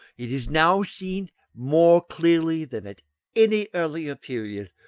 it is now seen more clearly than at any earlier period,